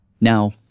Now